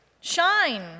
shine